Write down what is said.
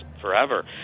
forever